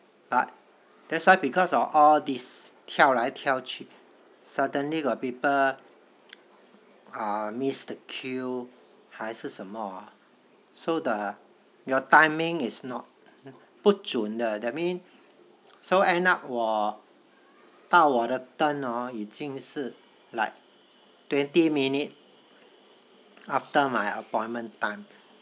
but that's why because of all these 跳来跳去 suddenly got people ah missed the queue 还是什么 so the your timing is not 不准的 that means so end up 我到我的 turn hor 已经是 like twenty minutes after my appointment time